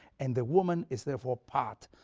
and the woman is therefore part,